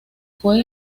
fue